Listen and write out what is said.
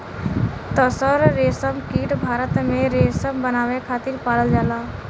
तसर रेशमकीट भारत में रेशम बनावे खातिर पालल जाला